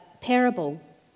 parable